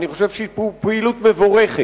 אני חושב שהיא פעילות מבורכת.